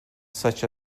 such